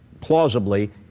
plausibly